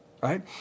right